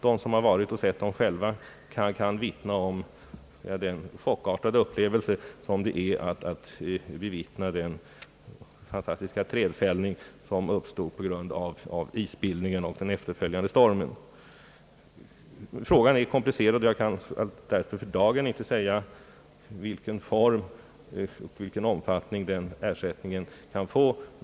De som själva varit och sett dem kan vittna om den chockartade upplevelse som det är se den fantastiska trädfällning som uppstod på grund av isbildningen och den efterföljande stormen. Frågan är komplicerad. Därför kan jag för dagen inte säga vilken form och vilken omfattning denna ersättning kan få.